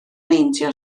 meindio